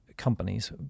companies